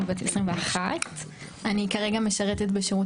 אני בת 21. אני כרגע משרתת בשירות